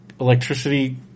electricity